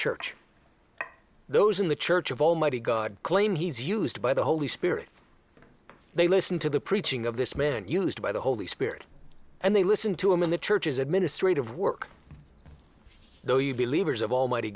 church those in the church of almighty god claim he's used by the holy spirit they listen to the preaching of this man used by the holy spirit and they listen to him in the churches administrative work though you believe years of almighty